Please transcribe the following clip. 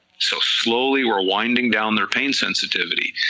so slowly we're winding down their pain sensitivity,